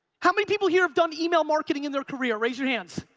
how many people here have done email marketing in their career, raise your hands?